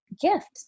gift